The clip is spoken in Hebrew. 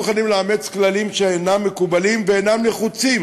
אנחנו לא מוכנים לאמץ כללים שאינם מקובלים ואינם נחוצים.